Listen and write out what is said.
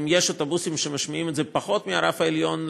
אם יש אוטובוסים שמשמיעים את זה פחות מהרף העליון,